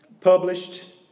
published